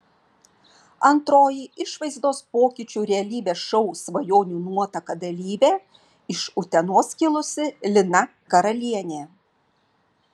antroji išvaizdos pokyčių realybės šou svajonių nuotaka dalyvė iš utenos kilusi lina karalienė